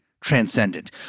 transcendent